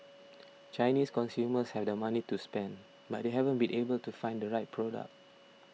Chinese consumers have the money to spend but they haven't been able to find the right product